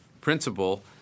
principle